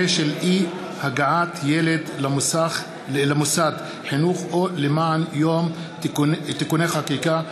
של אי-הגעת ילד למוסד חינוך או למעון-יום (תיקוני חקיקה),